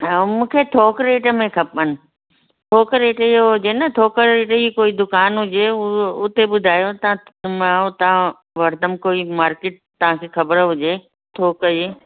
ऐं मूंखे थोक रेट में खपनि थोक रेट जो हुजे न थोक रेट जी कोई दुकानु हुजे उहो उते ॿुधायो तव्हां मां त वरतमि कोई मार्किट तव्हांखे ख़बर हुजे थोक जी